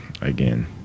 again